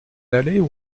aller